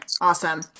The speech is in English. awesome